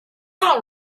all